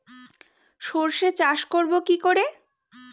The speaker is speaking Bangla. সর্ষে চাষ করব কি করে?